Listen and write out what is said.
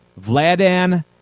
Vladan